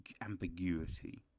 ambiguity